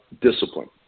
discipline